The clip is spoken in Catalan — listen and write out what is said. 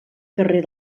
carrer